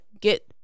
get